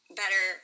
better